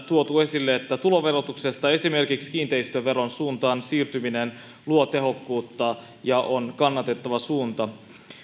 tuotu esille että taloustieteilijöiden mielestä tuloverotuksesta esimerkiksi kiinteistöveron suuntaan siirtyminen luo tehokkuutta ja on kannatettava suunta